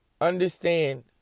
Understand